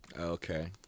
Okay